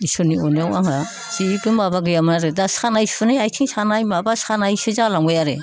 इसोरनि अननायाव आंहा जेबो माबा गैयामोन आरो दा सानाय सुनाय आथिं सानाय माबा सानायसो जालांबाय आरो